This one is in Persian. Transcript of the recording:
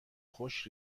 خشک